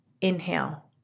inhale